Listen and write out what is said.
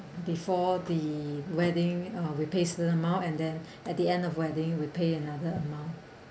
before the wedding uh we pay certain amount and then at the end of wedding with pay another amount